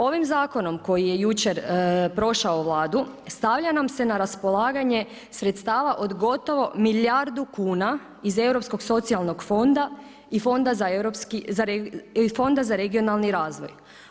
Ovim zakonom koji je jučer prošao vladu, stavlja nam se na raspolaganje sredstava gotovo milijardu kuna iz europskog socijalnog fonda i fonda za regionalni razvoj.